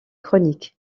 chroniques